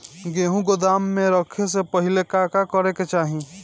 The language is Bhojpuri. गेहु गोदाम मे रखे से पहिले का का करे के चाही?